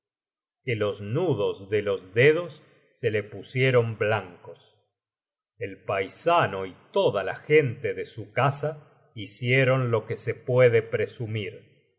que los nudos de los dedos se le pusieron blancos el paisano y toda la gente de su casa hicieron lo que se puede presumir